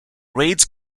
raids